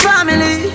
Family